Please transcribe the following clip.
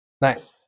nice